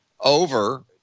over